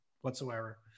whatsoever